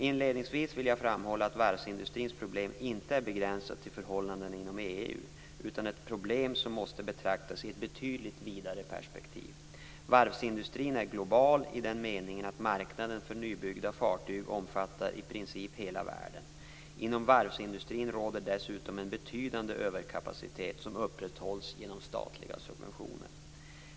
Inledningsvis vill jag framhålla att varvsindustrins problem inte är begränsat till förhållandena inom EU utan ett problem som måste betraktas i ett betydligt vidare perspektiv. Varvsindustrin är global i den meningen att marknaden för nybyggda fartyg omfattar i princip hela världen. Inom varvsindustrin råder dessutom en betydande överkapacitet som upprätthålls genom statliga subventioner.